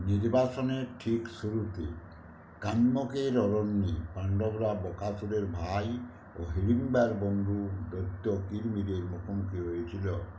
নির্বাসনের ঠিক শুরুতে কাম্যকের অরণ্যে পাণ্ডবরা বকাসুরের ভাই ও হিড়িম্বার বন্ধু দৈত্য কিরমিরের মুখোমুখি হয়েছিলো